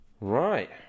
right